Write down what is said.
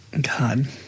God